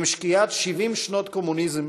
עם שקיעת 70 שנות קומוניזם,